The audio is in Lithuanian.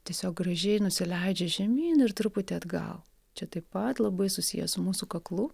tiesiog gražiai nusileidžia žemyn ir truputį atgal čia taip pat labai susiję su mūsų kaklu